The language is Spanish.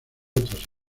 otras